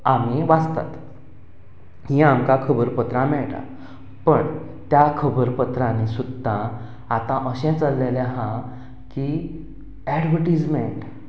आमी वाचतात हीं आमकां खबरापत्रां मेळटात पूण त्या खबरापत्रांनी सुद्दां आतां अशें चलिल्लें आसा की एडवर्टीजमेंट